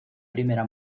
primera